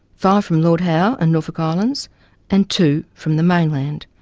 five from lord howe and norfolk islands and two from the mainland,